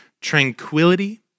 tranquility